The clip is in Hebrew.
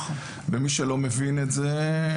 ומי שלא מבין את זה,